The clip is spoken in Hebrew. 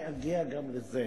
אני אגיע גם לזה.